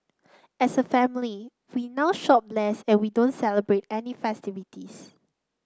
as a family we now shop less and we don't celebrate any festivities